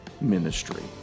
ministry